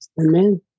Amen